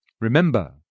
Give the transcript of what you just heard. Remember